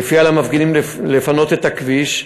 שלפיהן על המפגינים לפנות את הכביש,